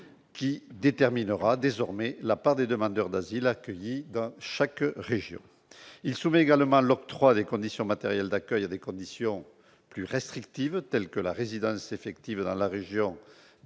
qui déterminera désormais la part des demandeurs d'asile accueillis dans chaque région. Il soumet également l'octroi des conditions matérielles d'accueil à des conditions plus restrictives, telles que la résidence effective dans la région